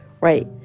Right